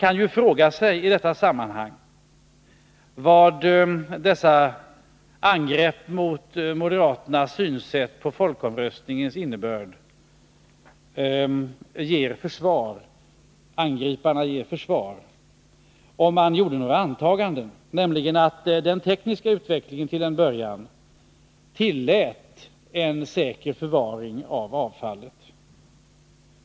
Man kani detta sammanhang fråga sig vad angriparna av moderaternas syn på folkomröstningens innebörd skulle ge för svar om man gjorde antagandet att den tekniska utvecklingen till en början tillät en säker förvaring av avfallet.